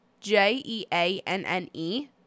J-E-A-N-N-E